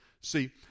See